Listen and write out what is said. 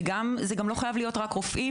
אין מדובר רק ברופאים,